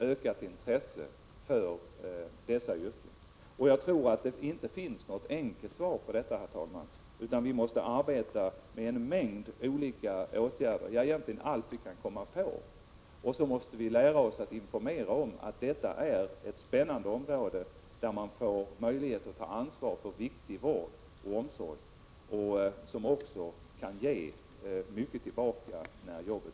Detta innebär bl.a. att nämnda områden är en säker arbetsmarknad, och det är viktigt att detta görs klart för ungdomar och vuxna som står i begrepp att välja utbildning och yrke. Regeringen kommer även fortsättningsvis att ägna dessa frågor särskild uppmärksamhet.